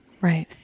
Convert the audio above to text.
Right